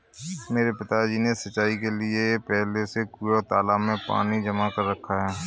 मेरे पिताजी ने सिंचाई के लिए पहले से कुंए और तालाबों में पानी जमा कर रखा है